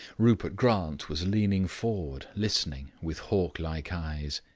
rupert grant was leaning forward listening with hawk-like eyes.